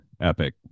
epic